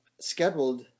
scheduled